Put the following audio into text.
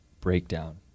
breakdown